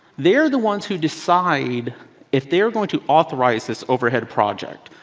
they're the ones who decide if they're going to authorize this overhead project,